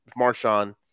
Marshawn